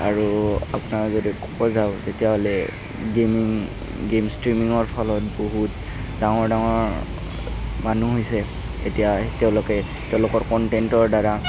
আৰু আপোনাৰ যদি যাওঁ তেতিয়াহ'লে গেমিং গেম ষ্ট্ৰীমিঙৰ ফলত বহুত ডাঙৰ ডাঙৰ মানুহ হৈছে এতিয়া তেওঁলোকে তেওঁলোকৰ কনটেন্টৰদ্বাৰা